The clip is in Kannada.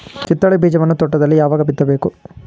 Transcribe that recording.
ಕಿತ್ತಳೆ ಬೀಜವನ್ನು ತೋಟದಲ್ಲಿ ಯಾವಾಗ ಬಿತ್ತಬೇಕು?